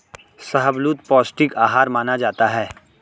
शाहबलूत पौस्टिक आहार माना जाता है